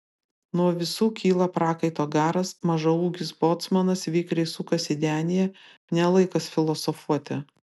nuo visų kyla prakaito garas mažaūgis bocmanas vikriai sukasi denyje ne laikas filosofuoti